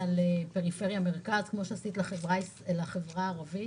יש לפרפריה-מרכז את מה שעשית לחברה הערבית?